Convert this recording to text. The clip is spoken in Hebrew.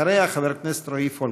אחריה, חבר הכנסת רועי פולקמן.